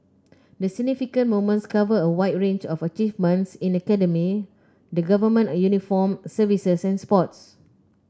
the significant moments cover a wide range of achievements in academia the Government uniformed services and sports